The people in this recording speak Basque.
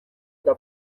eta